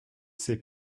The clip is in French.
ces